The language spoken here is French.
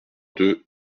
deux